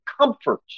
comfort